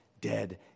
dead